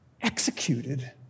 executed